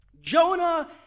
Jonah